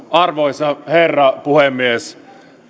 arvoisa herra puhemies